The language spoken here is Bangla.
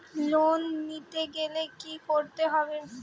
লোন নিতে গেলে কি করতে হবে?